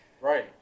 Right